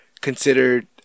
considered